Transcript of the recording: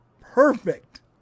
perfect